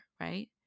right